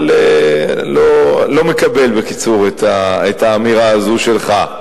אבל בקיצור, אני לא מקבל את האמירה הזאת שלך.